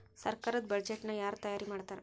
ಸರ್ಕಾರದ್ ಬಡ್ಜೆಟ್ ನ ಯಾರ್ ತಯಾರಿ ಮಾಡ್ತಾರ್?